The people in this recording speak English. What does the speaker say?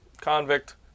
convict